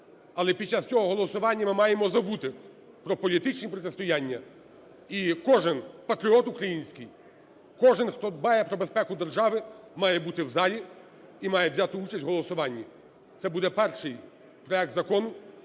але під час цього голосування ми маємо забути про політичні протистояння, і кожен патріот український, кожен, хто дбає про безпеку держави, має бути в залі і має взяти участь в голосуванні. Це буде перший проект закону,